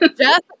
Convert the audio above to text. Jeff